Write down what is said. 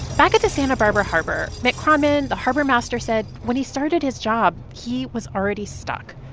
back at the santa barbara harbor, mick kronman, the harbor master, said when he started his job, he was already stuck.